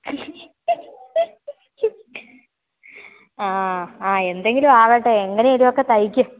ആ ആ എന്തെങ്കിലും ആവട്ടെ എങ്ങനെ എങ്കിലും ഒക്കെ തൈക്ക്